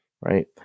right